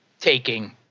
taking